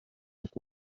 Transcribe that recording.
nicht